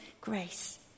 grace